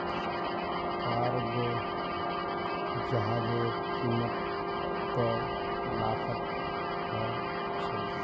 cargo जहाजेर कीमत त लाखत ह छेक